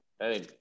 Hey